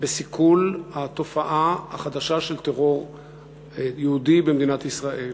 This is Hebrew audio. בסיכול התופעה החדשה של טרור יהודי במדינת ישראל.